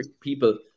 people